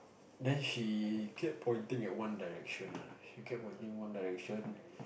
then she kept pointing at One Direction ah she kept pointing One Direction